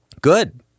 good